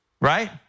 Right